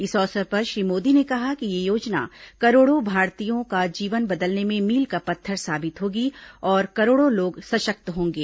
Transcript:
इस अवसर पर श्री मोदी ने कहा कि यह योजना करोड़ों भारतीयों का जीवन बदलने में मील का पत्थर साबित होगी और करोड़ों लोग सशक्त होंगे